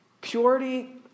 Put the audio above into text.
Purity